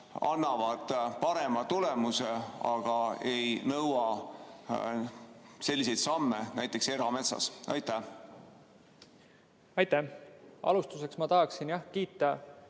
annavad parema tulemuse, aga ei nõua selliseid samme, näiteks erametsas? Aitäh! Alustuseks ma tahaksin kiita